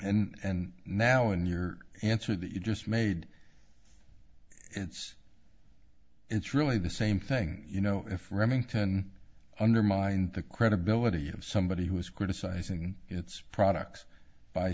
and now in your answer that you just made it's it's really the same thing you know if remington undermine the credibility of somebody who is criticizing its products by